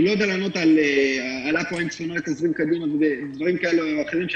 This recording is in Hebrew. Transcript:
אני לא יודע לענות על --- דברים כאלה או אחרים,